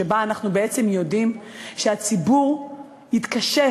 שבה אנחנו בעצם יודעים שהציבור יתקשה,